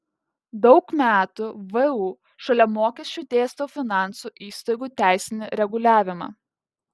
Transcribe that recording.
daug metų vu šalia mokesčių dėstau finansų įstaigų teisinį reguliavimą